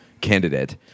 candidate